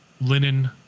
linen